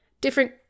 different